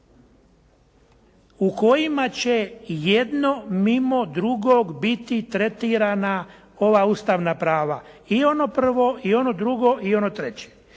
u kojima će jedno mimo drugog biti tretirana ova ustavna prava i ono prvo i ono drugo i ono treće,